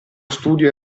studio